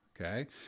Okay